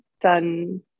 done